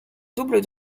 double